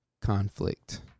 Conflict